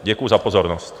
Děkuji za pozornost.